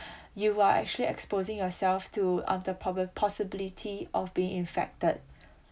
you are actually exposing yourself to on the prob~ possibility of being infected